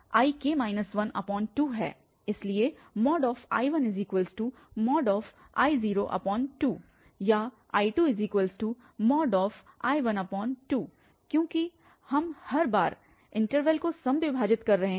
इसलिए I1I02 या I2I12 क्योंकि हम हर बार इन्टरवल को समद्विभाजित कर रहे हैं